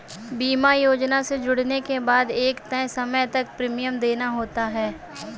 बीमा योजना से जुड़ने के बाद एक तय समय तक प्रीमियम देना होता है